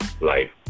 life